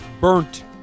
burnt